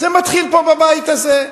בבית הזה.